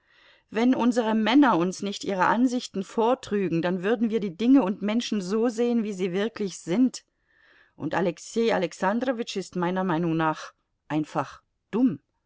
wenn unsere männer uns nicht ihre ansichten vortrügen dann würden wir die dinge und menschen so sehen wie sie wirklich sind und alexei alexandrowitsch ist meiner meinung nach einfach dumm